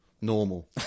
normal